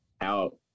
out